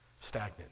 Stagnant